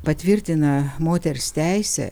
patvirtina moters teisę